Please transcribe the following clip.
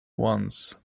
once